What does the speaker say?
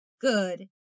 Good